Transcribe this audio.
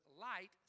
light